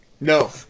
No